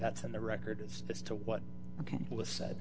that's in the records as to what was said